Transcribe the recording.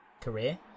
career